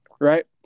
right